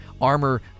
armor